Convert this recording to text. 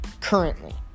currently